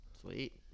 Sweet